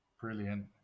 Brilliant